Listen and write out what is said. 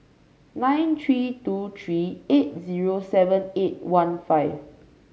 nine three two three eight zero seven eight one five